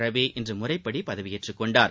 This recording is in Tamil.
ரவி இன்று முறைப்படி பதவி ஏற்றுக்கொண்டார்